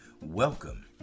Welcome